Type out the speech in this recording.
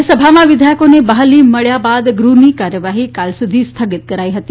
રાજયસભામાં વિધેયકોને બહાલી મળ્યા બાદ ગૃહની કાર્યવાહી કાલ સુધી સ્થગિત કરાઇ હતી